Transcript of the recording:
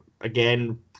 again